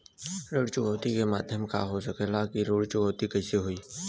ऋण चुकौती के माध्यम का हो सकेला कि ऋण चुकौती कईसे होई?